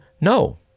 no